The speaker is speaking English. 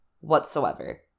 whatsoever